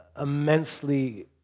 immensely